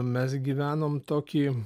mes gyvenom tokį